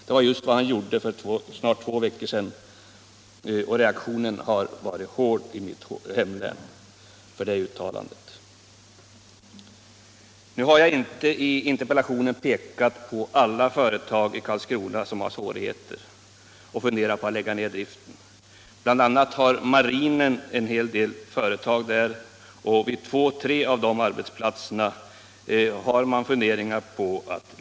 Det var just vad han gjorde i ett svar här för två veckor sedan, och reaktionen på det uttalandet har varit hård i mitt hemlän. Nu har jag inte i interpellationen pekat på alla företag i Karlskrona som har svårigheter och funderar på att lägga ned driften. Bl. a. har marinen en hel del företag där, och man har funderingar på att lägga ned två eller tre arbetsplatser.